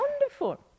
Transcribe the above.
wonderful